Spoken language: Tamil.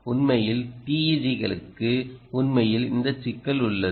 உண்மையில் TEG களுக்கு உண்மையில் இந்த சிக்கல் உள்ளது